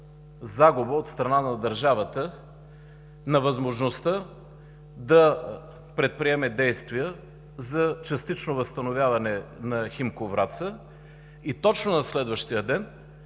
загуба от страна на държавата на възможността да предприеме действия за частично възстановяване на „Химко” – Враца, и точно на следващия ден